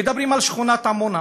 מדברים על שכונת עמונה